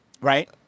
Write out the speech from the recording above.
Right